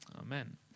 amen